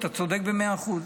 אתה צודק במאה אחוז,